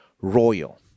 Royal